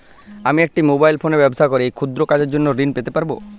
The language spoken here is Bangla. আমি একটি মোবাইল ফোনে ব্যবসা করি এই ক্ষুদ্র কাজের জন্য ঋণ পেতে পারব?